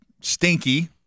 stinky